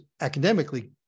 academically